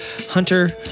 Hunter